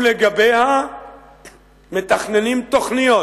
ולגביה מתכננים תוכניות.